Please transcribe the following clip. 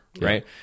right